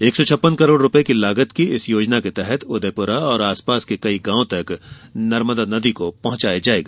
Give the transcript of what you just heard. एक सौ छप्पन करोड़ रूपये की लागत की इस योजना के तहत उदयपुरा और आसपास के कई गॉवों तक नर्मदा नदी का पानी पहुँचाया जायेगा